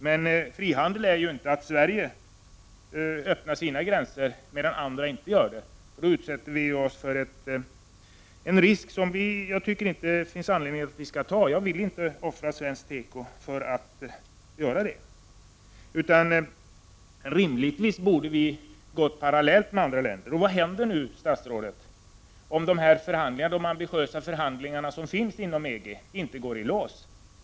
Men att Sverige öppnar sina gränser medan andra länder inte gör det är inte frihandel. Då utsätter vi oss för en risk som det inte finns anledning för oss att ta. Jag vill inte offra svensk teko för att göra det. Rimligtvis borde vi gå parallellt med andra länder. Vad händer om de ambitiösa förhandlingar som förs inom GATT inte går i lås?